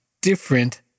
different